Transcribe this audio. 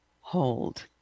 hold